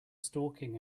stalking